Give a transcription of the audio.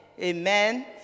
Amen